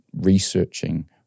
researching